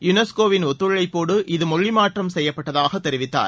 யுனஸ்கோவின் ஒத்துழைப்போடு இது மொழிமாற்றம் செய்யப்பட்டதாகதெரிவித்தார்